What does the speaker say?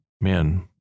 man